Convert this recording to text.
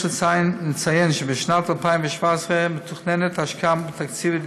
יש לציין שבשנת 2017 מתוכננת השקעה תקציבית